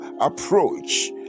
approach